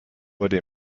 wurde